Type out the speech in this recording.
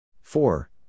four